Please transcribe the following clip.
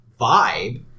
vibe